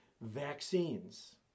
vaccines